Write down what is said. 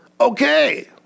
okay